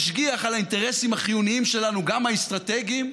משגיח על האינטרסים החיוניים שלנו, גם האסטרטגיים,